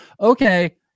Okay